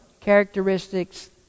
characteristics